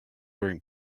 wearing